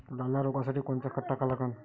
लाल्या रोगासाठी कोनचं खत टाका लागन?